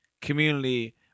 community